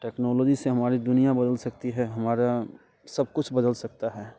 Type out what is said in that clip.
technology से हमारी दुनिया बदल सकती है हमारा सब कुछ बदल सकता है